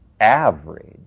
average